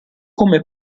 come